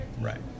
Right